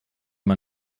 man